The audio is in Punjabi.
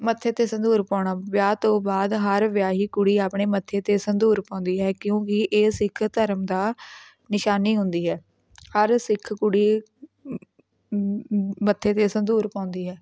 ਮੱਥੇ 'ਤੇ ਸੰਧੂਰ ਪਾਉਣਾ ਵਿਆਹ ਤੋਂ ਬਾਅਦ ਹਰ ਵਿਆਹੀ ਕੁੜੀ ਆਪਣੇ ਮੱਥੇ 'ਤੇ ਸੰਧੂਰ ਪਾਉਂਦੀ ਹੈ ਕਿਉਂਕਿ ਇਹ ਸਿੱਖ ਧਰਮ ਦਾ ਨਿਸ਼ਾਨੀ ਹੁੰਦੀ ਹੈ ਹਰ ਸਿੱਖ ਕੁੜੀ ਮੱਥੇ 'ਤੇ ਸੰਧੂਰ ਪਾਉਂਦੀ ਹੈ